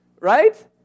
Right